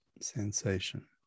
sensation